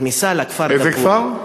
איזה כפר?